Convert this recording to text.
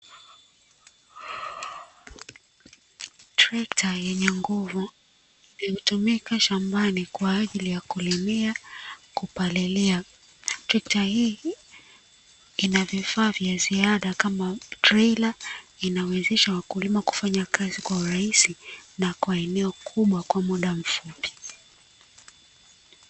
Trekta yenye nguvu ilitumika shambani kwa ajili ya kulimia kupalilia, trekta hii ina vifaa vya ziada kama trailer inawezesha wakulima kufanya kazi kwa urahisi na kwa eneo kubwa kwa muda mfupi.